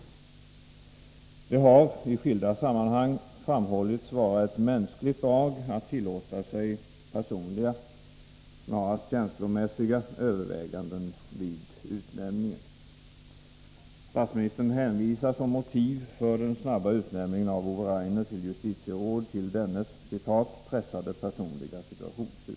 Det har i skilda sammanhang framhållits vara ett mänskligt drag att tillåta sig personliga, snarast känslomässiga, överväganden vid utnämningen. Statsministern hänvisar som motiv för den snabba utnämningen av Ove Rainer till justitieråd till dennes ”pressade personliga situation”.